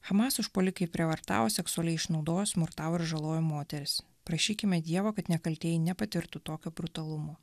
hamas užpuolikai prievartavo seksualiai išnaudojo smurtavo ir žalojo moteris prašykime dievo kad nekaltieji nepatirtų tokio brutalumo